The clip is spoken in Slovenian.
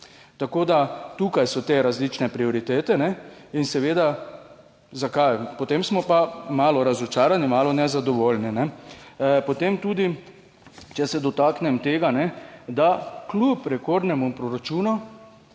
način dela. Tukaj so te različne prioritete in seveda zakaj, potem smo pa malo razočarani, malo nezadovoljni. Potem tudi, če se dotaknem tega, ne da kljub rekordnemu proračunu